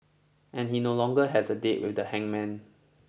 and he no longer has a date with the hangman